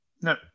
No